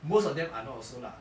most of them are not also lah